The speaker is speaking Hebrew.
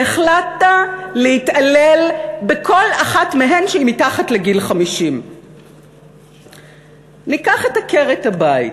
שהחלטת להתעלל בכל אחת מהן שהיא מתחת לגיל 50. ניקח את עקרת-הבית,